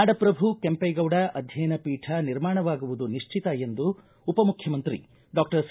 ನಾಡಪ್ರಭು ಕೆಂಪೇಗೌಡ ಅಧ್ವಯನ ಪೀಠ ನಿರ್ಮಾಣವಾಗುವುದು ನಿಶ್ಚಿತ ಎಂದು ಉಪ ಮುಖ್ಚುಮಂತ್ರಿ ಡಾಕ್ಟರ್ ಸಿ